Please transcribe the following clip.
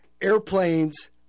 airplanes